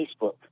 Facebook